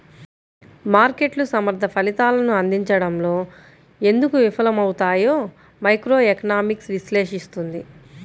మార్కెట్లు సమర్థ ఫలితాలను అందించడంలో ఎందుకు విఫలమవుతాయో మైక్రోఎకనామిక్స్ విశ్లేషిస్తుంది